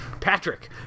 Patrick